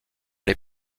les